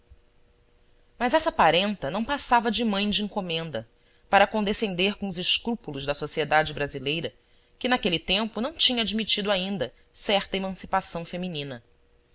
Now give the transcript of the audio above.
mas essa parenta não passava de mãe de encomenda para condescender com os escrúpulos da sociedade brasileira que naquele tempo não tinha admitido ainda certa emancipação feminina